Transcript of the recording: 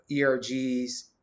ERG's